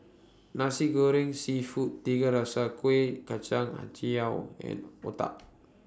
Nasi Goreng Seafood Tiga Rasa Kueh Kacang Hijau and Otah